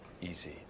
easy